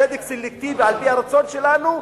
צדק סלקטיבי על-פי הרצון שלנו,